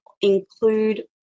include